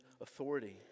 authority